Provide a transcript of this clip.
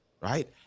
Right